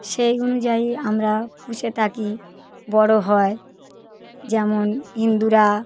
সেই অনুযায়ী আমরা পুষে থাকি বড়ো হয় যেমন হিন্দুরা